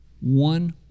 one